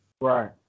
Right